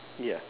ya